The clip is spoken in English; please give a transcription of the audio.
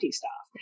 staff